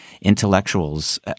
intellectuals